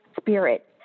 spirit